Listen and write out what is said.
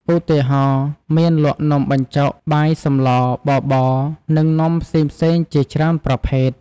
ឧទាហរណ៍ មានលក់នំបញ្ចុក បាយសម្លរ បបរ និងនំផ្សេងៗជាច្រើនប្រភេទ។